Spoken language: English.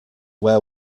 where